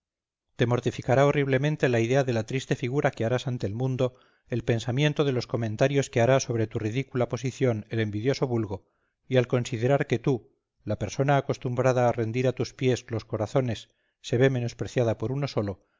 te mortificará horriblemente la idea de la triste figura que harás ante el mundo el pensamiento de los comentarios que hará sobre tu ridícula posición el envidioso vulgo y al considerar que tú la persona acostumbrada a rendir a tus pies los corazones se ve menospreciada por uno solo